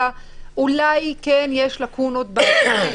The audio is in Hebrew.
אלא אולי יש לקונות במבנה.